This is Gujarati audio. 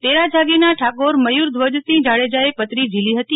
તેરા જાગીરના ઠાકોર મયુરધ્વજસિંહ જાડેજાએ પત્રી ઝીલી હતી